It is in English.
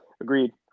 Agreed